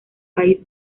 país